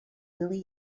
willi